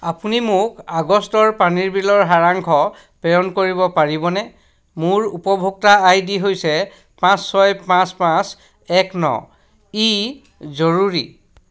আপুনি মোক আগষ্টৰ পানীৰ বিলৰ সাৰাংশ প্ৰেৰণ কৰিব পাৰিবনে মোৰ উপভোক্তা আইডি হৈছে পাঁচ ছয় পাঁচ পাঁচ এক ন ই জৰুৰী